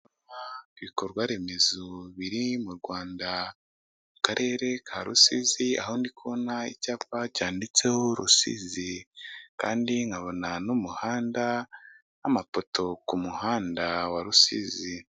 Ibikorwaremezo biri mu Rwanda mu karere ka Rusizi, aho ndi kubona icyapa cyanditseho Rusizi kandi nkabona n'umuhanda n'amapoto ku muhanda wa Rusizi.